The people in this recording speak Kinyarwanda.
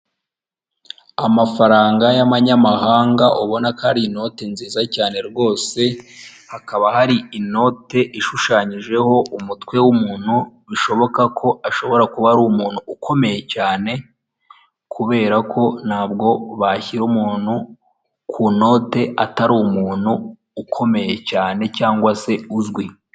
Ibiti byiza bizana akayaga ndetse n'amahumbezi akazura abantu bicaramo bategereje imodoka ndetse n'imodoka y'ivaturi, umumotari ndetse n'indi modoka ibari imbere itwara imizigo.